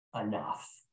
enough